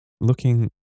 looking